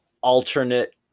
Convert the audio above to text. alternate